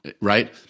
right